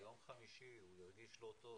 ביום רביעי הוא הרגיש לא טוב,